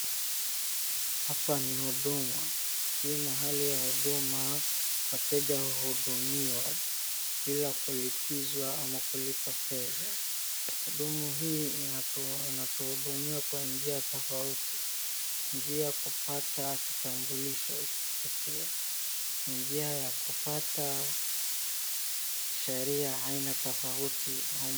Hapa ni Huduma, hii mahali ya huduma na wateja wanahudumiwa bila kulipizwa ama kulipa pesa, huduma hii inatuhudumia kwa njia tofauti, njia ya kupata kitambulisho ikipotea na njia ya kupata sheria aina tofauti humu.